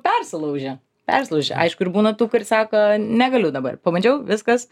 persilaužia persilaužia aišku ir būna tų kur sako negaliu dabar pabandžiau viskas